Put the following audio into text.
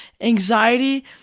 anxiety